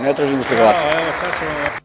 Ne tražim da se glasa.